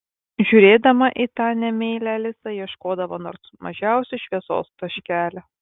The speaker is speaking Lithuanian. žiūrėdama į tą nemeilę alisa ieškodavo nors mažiausio šviesos taškelio